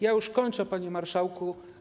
Ja już kończę, panie marszałku.